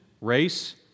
race